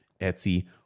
Etsy